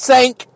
Sink